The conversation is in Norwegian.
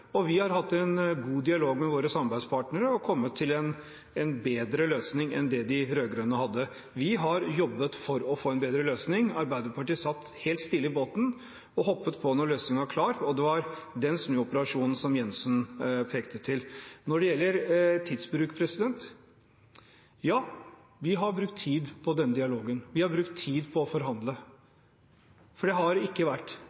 og vi har hatt en god dialog med våre samarbeidspartnere og kommet til en bedre løsning enn det de rød-grønne hadde. Vi har jobbet for å få en bedre løsning. Arbeiderpartiet satt helt stille i båten og hoppet på når løsningen var klar. Det var den snuoperasjonen representanten Jenssen pekte på. Når det gjelder tidsbruk: Ja, vi har brukt tid på denne dialogen, og vi har brukt tid på å forhandle, for det har ikke vært